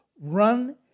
Run